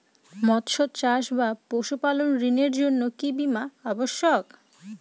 মৎস্য চাষ বা পশুপালন ঋণের জন্য কি বীমা অবশ্যক?